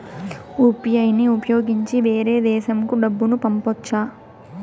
UPI ని ఉపయోగించి వేరే దేశంకు డబ్బును పంపొచ్చా?